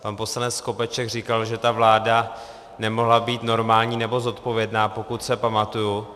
Pan poslanec Skopeček říkal, že ta vláda nemohla být normální nebo zodpovědná, pokud se pamatuji.